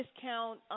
discount